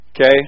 Okay